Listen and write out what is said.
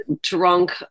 drunk